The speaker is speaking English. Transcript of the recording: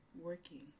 working